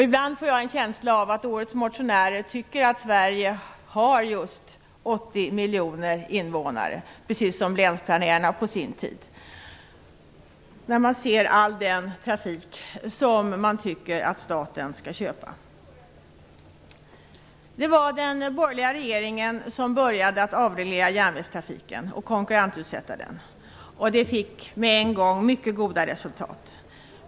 Ibland får jag en känsla av att årets motionärer tycker att Sverige har just 80 miljoner invånare, precis som länsplanerarna på sin tid tyckte, när jag läser om all den trafik som motionärerna tycker att staten skall köpa. Det fick med en gång mycket goda resultat.